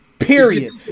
Period